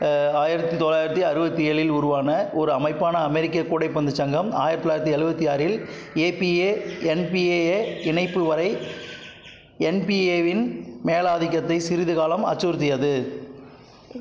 ஆயிரத்து தொள்ளாயிரத்து அறுபத்தில் ஏழில் உருவான ஒரு அமைப்பான அமெரிக்க கூடைப்பந்து சங்கம் ஆயிரத்தி தொள்ளாயிரத்து எழுபத்தி ஆறில் ஏபிஏஎன்பிஏ இணைப்பு வரை என்பிஏவின் மேலாதிக்கத்தை சிறிது காலம் அச்சுறுத்தியது